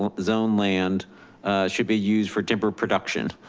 zone land should be used for timber production.